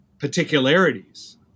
particularities